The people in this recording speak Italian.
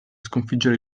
sconfiggere